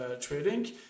trading